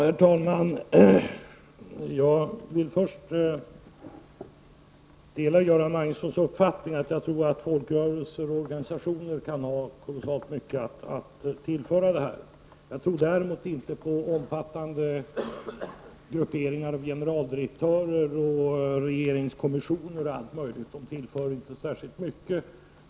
Herr talman! Jag vill först säga att jag delar Göran Magnussons uppfattning att folkrörelser och organisationer kan ha kolossalt mycket att tillföra detta arbete. Däremot tror jag inte på omfattande grupperingar av general direktörer, regeringskommissioner och liknande. De tillför inte särskilt mycket.